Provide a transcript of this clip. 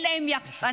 אין להם יחצ"נים.